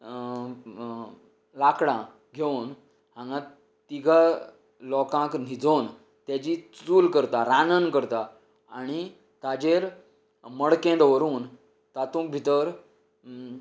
लाकडां घेवन हांगा तिगां लोकांक न्हिजोवन तेची चुल करतात रांदन करतात आनी ताचेर मडकें दवरून तातूंत भितर